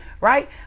right